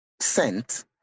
scent